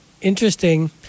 interesting